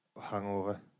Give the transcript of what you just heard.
hangover